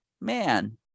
man